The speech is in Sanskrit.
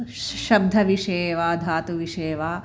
शब्दविष्ये वा धातुविष्ये वा